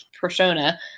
persona